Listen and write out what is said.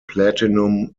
platinum